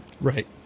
Right